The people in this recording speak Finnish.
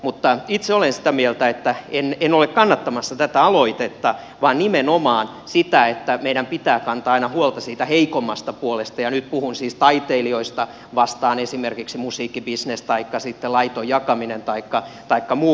mutta itse en ole kannattamassa tätä aloitetta vaan nimenomaan sitä että meidän pitää kantaa aina huolta siitä heikommasta puolesta ja nyt puhun siis taiteilijoista vastaan esimerkiksi musiikkibisnes taikka laiton jakaminen taikka muu